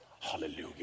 Hallelujah